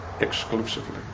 exclusively